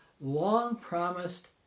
long-promised